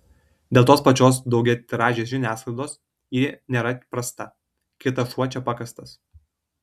dėl tos pačios daugiatiražės žiniasklaidos ji nėra prasta kitas šuo čia pakastas